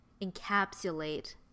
encapsulate